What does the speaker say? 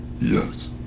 Yes